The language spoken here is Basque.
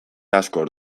asko